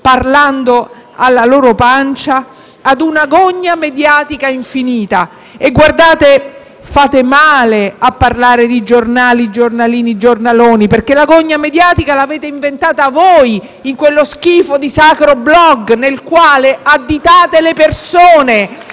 parlando alla loro pancia, a una gogna mediatica infinita. E, guardate, fate male a parlare di giornali, giornalini e giornaloni, perché la gogna mediatica l'avete inventata voi, in quello schifo di sacro *blog* nel quale additate le persone,